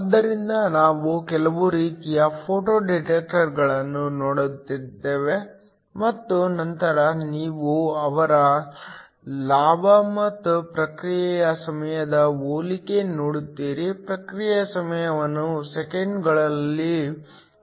ಆದ್ದರಿಂದ ನಾವು ಕೆಲವು ರೀತಿಯ ಫೋಟೋ ಡಿಟೆಕ್ಟರ್ಗಳನ್ನು ನೋಡುತ್ತೇವೆ ಮತ್ತು ನಂತರ ನೀವು ಅವರ ಲಾಭ ಮತ್ತು ಪ್ರತಿಕ್ರಿಯೆ ಸಮಯದ ಹೋಲಿಕೆ ನೋಡುತ್ತೀರಿ ಪ್ರತಿಕ್ರಿಯೆ ಸಮಯವನ್ನು ಸೆಕೆಂಡುಗಳಲ್ಲಿ ನೀಡಲಾಗುತ್ತದೆ